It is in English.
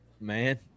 Man